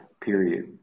period